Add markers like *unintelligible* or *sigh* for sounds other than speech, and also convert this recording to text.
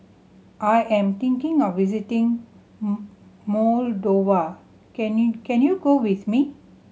I am thinking of visiting *unintelligible* Moldova can you can you go with me